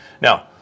Now